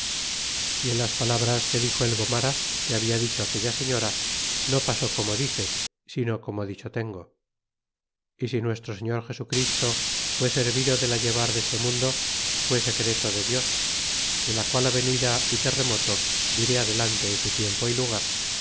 grony en las palabras que dixo el gomara quo habla dicho aquella señora no pasó como dice sino como dicho tengo y si nuestro señor su christo fue servido deja llevar deste nurndo fue secreto de dios de la qual avenida y terremoto dice adelante en su tiempo y lar